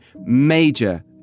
major